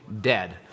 dead